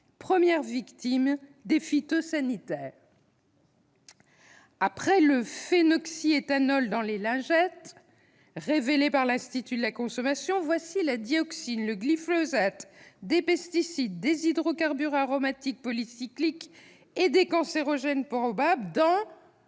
premières victimes des produits phytosanitaires. Après le phénoxyéthanol dans les lingettes, révélé par l'Institut national de la consommation, voici la dioxine, le glyphosate, des pesticides, des hydrocarbures aromatiques polycycliques et des cancérogènes probables dans